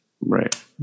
Right